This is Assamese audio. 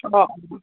অঁ অঁ